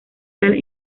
sal